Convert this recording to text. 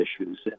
issues